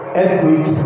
Earthquake